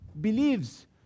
believes